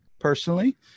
personally